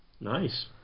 Nice